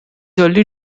early